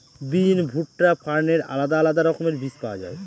বিন, ভুট্টা, ফার্নের আলাদা আলাদা রকমের বীজ পাওয়া যায়